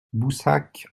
boussac